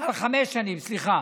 חמש שנים, סליחה.